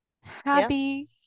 Happy